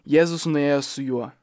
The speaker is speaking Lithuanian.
jėzus nuėjo su juo